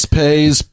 pays